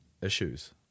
issues